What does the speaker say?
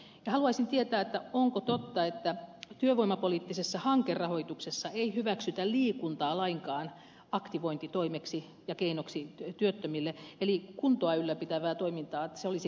ja haluaisin tietää onko totta että työvoimapoliittisessa hankerahoituksessa ei hyväksytä liikuntaa lainkaan aktivointitoimeksi ja keinoksi työttömille eli kuntoa ylläpitävää toimintaa vaan se olisi kiellettyä